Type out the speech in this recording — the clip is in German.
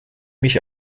mich